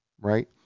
right